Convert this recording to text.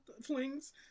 flings